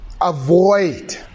avoid